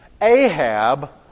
Ahab